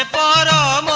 ah da da